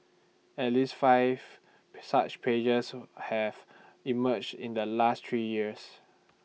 at least five such pages have emerged in the last three years